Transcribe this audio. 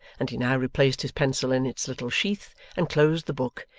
and he now replaced his pencil in its little sheath and closed the book,